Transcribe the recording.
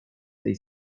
tej